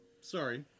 Sorry